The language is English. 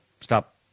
stop